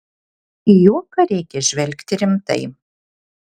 į juoką reikia žvelgti rimtai